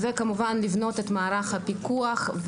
וכמובן, לבנות את מערך הפיקוח.